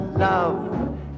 Love